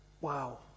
Wow